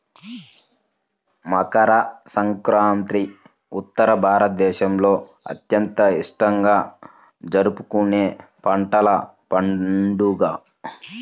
మకర సంక్రాంతి ఉత్తర భారతదేశంలో అత్యంత ఇష్టంగా జరుపుకునే పంటల పండుగ